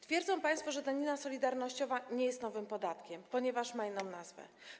Twierdzą państwo, że danina solidarnościowa nie jest nowym podatkiem, ponieważ ma inną nazwę.